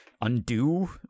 undo